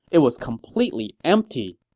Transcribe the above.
it was completely empty.